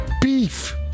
Beef